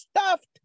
stuffed